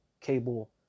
cable